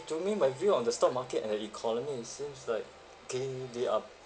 to me my view on the stock market and the economy it seems like K they are